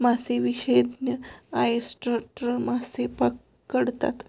मासेविशेषज्ञ ऑयस्टर मासे पकडतात